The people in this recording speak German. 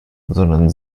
sondern